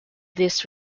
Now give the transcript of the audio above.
this